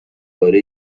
پاره